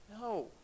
No